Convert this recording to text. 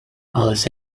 alice